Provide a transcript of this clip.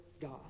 God